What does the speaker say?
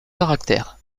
caractère